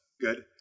good